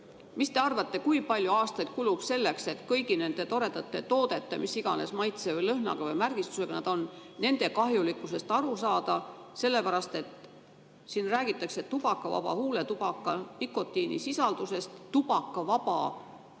Mis te arvate, kui palju aastaid kulub selleks, et kõigi nende toredate toodete, mis iganes maitse või lõhna või märgistusega need on, kahjulikkusest aru saada? Siin räägitakse tubakavaba huuletubaka nikotiinisisaldusest. Tubakavaba huuletubaka